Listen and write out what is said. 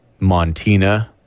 Montina